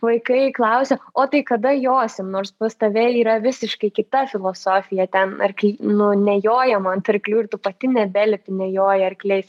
vaikai klausia o tai kada josim nors pas tave yra visiškai kita filosofija ten arkliai nu nejojama ant arklių ir tu pati nebelipi nejoji arkliais